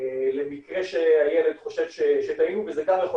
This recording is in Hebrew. למקרה שהילד חושב שטעינו וזה גם יכול